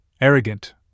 arrogant